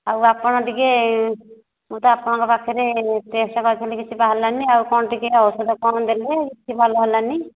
ଆଉ ଆପଣ ଟିକିଏ ମୁଁ ତ ଆପଣଙ୍କ ପାଖରେ ଟେଷ୍ଟ୍ କରିଥିଲି କିଛି ତ ବାହାରିଲାନି ଆଉ କ'ଣ ଟିକିଏ ଔଷଧ କ'ଣ ଦେଲେ କିଛି ଭଲ ହେଲାନି